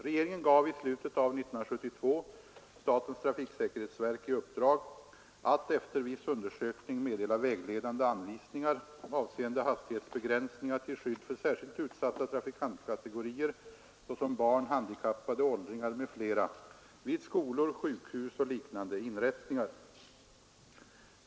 Regeringen gav i slutet av år 1972 statens trafiksäkerhetsverk i uppdrag att efter viss undersökning meddela vägledande anvisningar avseende hastighetsbegränsningar till skydd för särskilt utsatta trafikantkategorier såsom barn, handikappade, åldringar m.fl. vid skolor, sjukhus och liknande inrättningar.